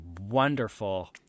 wonderful